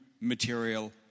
material